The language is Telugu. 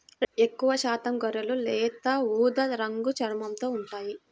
ఎక్కువశాతం గొర్రెలు లేత ఊదా రంగు చర్మంతో ఉంటాయి